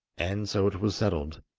and so it was settled.